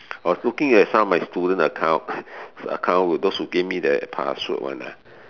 I was looking at some of my student account account those that give me the password one ah